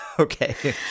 okay